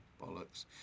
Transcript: bollocks